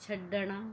ਛੱਡਣਾ